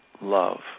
love